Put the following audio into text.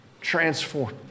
Transform